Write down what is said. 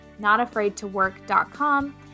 notafraidtowork.com